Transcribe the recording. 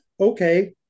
okay